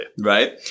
Right